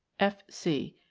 f. c.